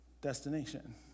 destination